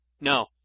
No